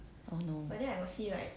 oh no